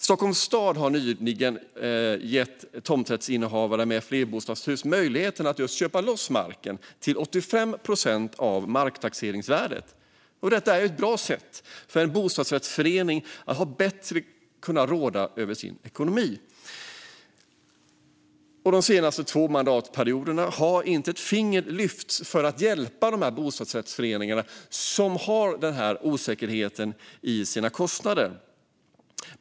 Stockholms stad har nyligen gett tomträttsinnehavare med flerbostadshus möjligheten att köpa loss marken till 85 procent av marktaxeringsvärdet. Detta är ett bra sätt för en bostadsrättsförening att bättre kunna råda över sin ekonomi. De senaste två mandatperioderna har inte ett finger lyfts för att hjälpa bostadsrättsföreningar som har den här osäkerheten i sina kostnader.